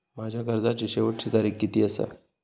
माझ्या कर्जाची शेवटची तारीख किती आसा?